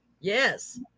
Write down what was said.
Yes